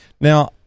Now